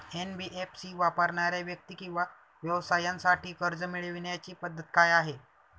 NBFC वापरणाऱ्या व्यक्ती किंवा व्यवसायांसाठी कर्ज मिळविण्याची पद्धत काय आहे?